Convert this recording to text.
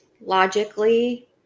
logically